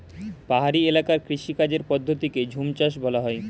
পাহাড়ি এলাকার কৃষিকাজের পদ্ধতিকে ঝুমচাষ বলা হয়